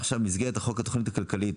עכשיו במסגרת החוק לתכנית הכלכלית,